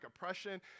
oppression